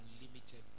unlimited